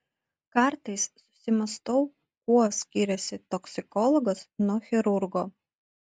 kartais susimąstau kuo skiriasi toksikologas nuo chirurgo